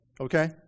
Okay